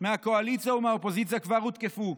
מהקואליציה ומהאופוזיציה כבר הותקפו.